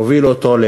הובילו אותו,